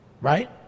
Right